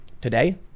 today